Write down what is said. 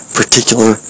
particular